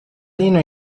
اینو